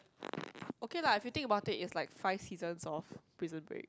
okay lah if you think about its like five seasons of Prison Break